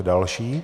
Další?